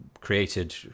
created